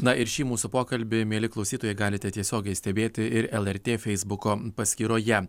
na ir šį mūsų pokalbį mieli klausytojai galite tiesiogiai stebėti ir lrt feisbuko paskyroje